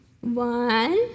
one